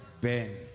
Ben